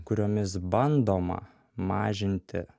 kuriomis bandoma mažinti